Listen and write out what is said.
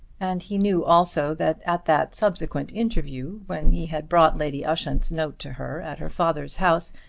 and he knew also that at that subsequent interview, when he had brought lady ushant's note to her at her father's house,